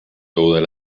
todas